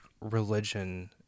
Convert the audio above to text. religion